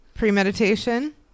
premeditation